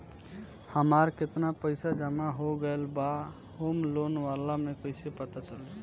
हमार केतना पईसा जमा हो गएल बा होम लोन वाला मे कइसे पता चली?